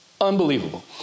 Unbelievable